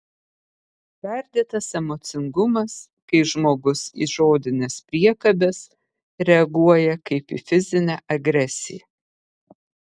perdėtas emocingumas kai žmogus į žodines priekabes reaguoja kaip į fizinę agresiją